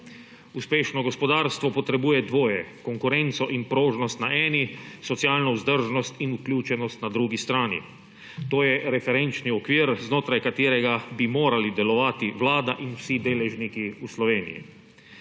Uspešno gospodarstvo potrebuje dvoje – konkurenco in prožnost na eni, socialno vzdržnost in vključenost na drugi strani. To je referenčni okvir, znotraj katerega bi morali delovati Vlada in vsi deležniki v Sloveniji.